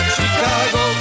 Chicago